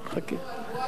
חַכֵּה.